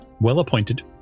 Well-appointed